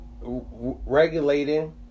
regulating